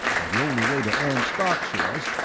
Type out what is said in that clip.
or the only way to earn stock shares,